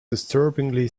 disturbingly